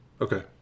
Okay